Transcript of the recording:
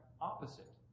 opposite